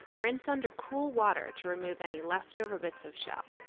rinse under cool water to remove any leftover bits of shell.